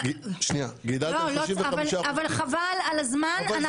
חבל על הזמן.